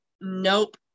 nope